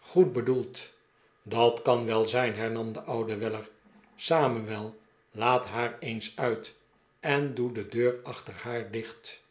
goed bedoeld dat kan wel zijn hernam de oude weller samuel laat haar eens uit en doe de deur achter haar dicht